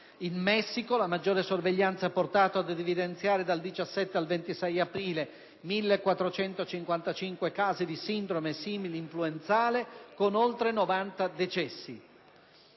in Messico la maggiore sorveglianza ha portato ad evidenziare, dal 17 al 26 aprile, 1.455 casi di sindrome similinfluenzale (ILI), con oltre 90 decessi.